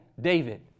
David